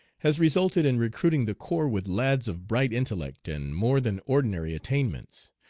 has resulted in recruiting the corps with lads of bright intellect and more than ordinary attainments,